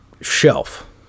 shelf